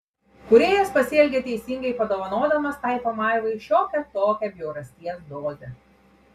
kūrėjas pasielgė teisingai padovanodamas tai pamaivai šiokią tokią bjaurasties dozę